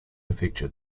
featured